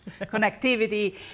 connectivity